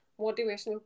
motivational